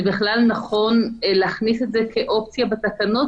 בכלל נכון להכניס את זה כאופציה בתקנות,